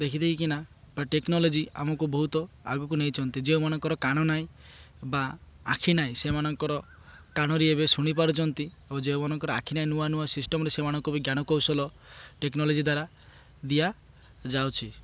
ଦେଖିଦେଇକିନା ବା ଟେକ୍ନୋଲୋଜି ଆମକୁ ବହୁତ ଆଗକୁ ନେଇଛନ୍ତି ଯେଉଁମାନଙ୍କର କାନ ନାଇଁ ବା ଆଖି ନାହିଁ ସେମାନଙ୍କର କାନରେ ଏବେ ଶୁଣି ପାରୁଛନ୍ତି ଆଉ ଯେଉଁମାନଙ୍କର ଆଖି ନାହିଁ ନୂଆ ନୂଆ ସିଷ୍ଟମ୍ରେ ସେମାନଙ୍କୁ ବି ଜ୍ଞାନକୌଶଳ ଟେକ୍ନୋଲୋଜି ଦ୍ୱାରା ଦିଆଯାଉଛି